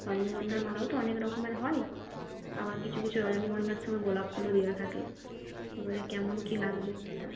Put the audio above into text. রজনীগন্ধার মালাও তো অনেক রকমের হয় আবার কিছু কিছু রজনীগন্ধার সঙ্গে গোলাপ ফুলও দেওয়া থাকে এবারে কেমন কি লাগবে সেটা